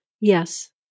Yes